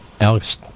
Alex